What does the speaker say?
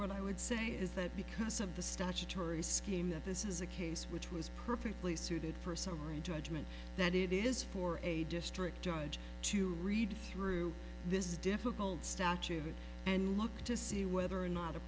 what i would say is that because of the statutory scheme that this is a case which was perfectly suited for summary judgment that it is for a district judge to read through this difficult statute and look to see whether or not a